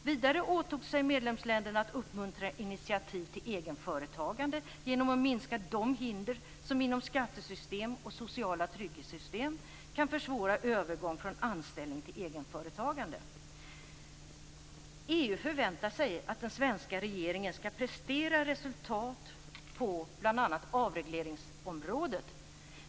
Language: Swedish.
Vidare åtog sig medlemsländerna att uppmuntra initiativ till egenföretagande genom att minska de hinder som inom skattesystem och sociala trygghetssystem kan försvåra övergång från anställning till egenföretagande. EU förväntar sig att den svenska regeringen skall prestera resultat på bl.a.